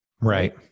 right